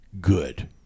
good